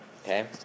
okay